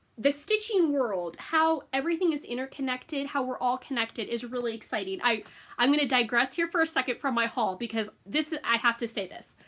the stitching world how everything is interconnected how we're all connected is really exciting. i i'm gonna digress here for a second from my haul because this i have to say this.